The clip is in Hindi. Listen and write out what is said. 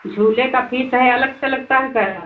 झूले की फीस है अलग से लगती है क्या